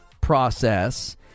process